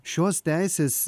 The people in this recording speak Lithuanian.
šios teisės